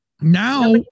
Now